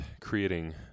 creating